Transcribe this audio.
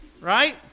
right